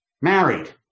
married